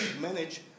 manage